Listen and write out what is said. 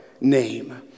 Name